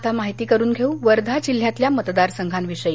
आता माहिती करून घेऊ वर्धा जिल्ह्यातल्या मतदारसंघांविषयी